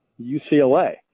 UCLA